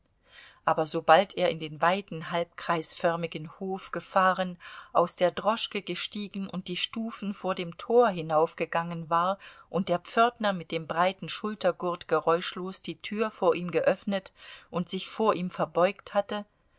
aber sobald er in den weiten halbkreisförmigen hof gefahren aus der droschke gestiegen und die stufen vor dem tor hinaufgegangen war und der pförtner mit dem breiten schultergurt geräuschlos die tür vor ihm geöffnet und sich vor ihm verbeugt hatte